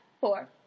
four